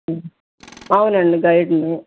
అవునండి గైడ్ని